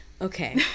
Okay